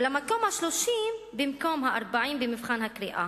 ולמקום ה-30 במקום ה-40 במבחן הקריאה.